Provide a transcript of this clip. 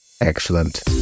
Excellent